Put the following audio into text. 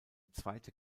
zweite